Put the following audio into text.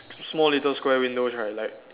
small little square windows right like